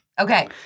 Okay